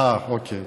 אה, אוקיי.